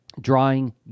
drawing